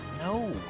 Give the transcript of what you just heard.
no